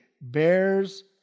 bears